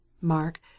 mark